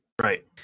Right